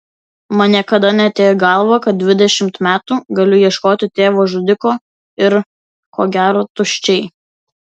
man niekada neatėjo į galvą kad dvidešimt metų galiu ieškoti tėvo žudiko ir ko gero tuščiai